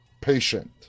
patient